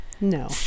no